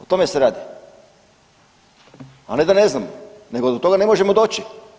O tome se radi, a ne da ne znam, nego do toga ne možemo doći.